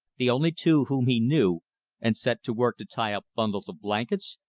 the only two whom he knew and set to work to tie up bundles of blankets,